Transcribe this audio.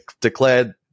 declared